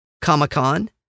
Comic-Con